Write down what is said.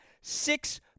Six